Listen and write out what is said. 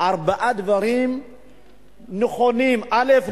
לפחות ארבעה דברים נכונים: א.